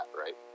right